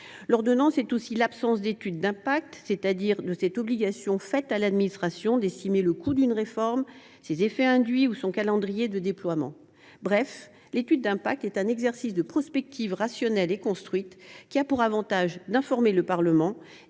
également par l’absence d’étude d’impact, c’est à dire de cette obligation faite à l’administration d’estimer le coût d’une réforme, ses effets induits ou son calendrier de déploiement. Cet exercice de prospective rationnelle et construite a pour avantage d’informer le Parlement,